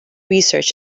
research